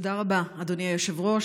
תודה רבה, אדוני היושב-ראש.